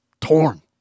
torn